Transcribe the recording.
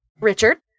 Richard